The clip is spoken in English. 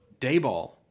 Dayball